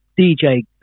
DJ